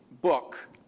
book